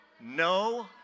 no